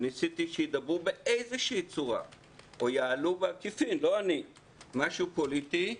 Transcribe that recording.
וניסיתי שידברו באיזו שהיא צורה או יעלו משהו פוליטי,